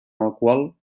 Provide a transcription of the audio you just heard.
alcohol